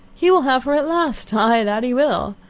he will have her at last aye, that he will.